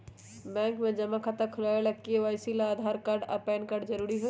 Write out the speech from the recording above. bank में जमा खाता खुलावे ला के.वाइ.सी ला आधार कार्ड आ पैन कार्ड जरूरी हई